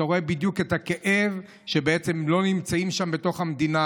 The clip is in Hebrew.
אתה רואה בדיוק את הכאב כשהם לא נמצאים שם בתוך המדינה